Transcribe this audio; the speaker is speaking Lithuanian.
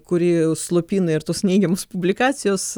kurį slopina ir tos neigiamos publikacijos